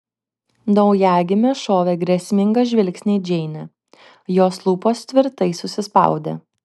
naujagimė šovė grėsmingą žvilgsnį į džeinę jos lūpos tvirtai susispaudė